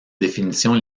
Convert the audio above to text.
définition